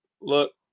Look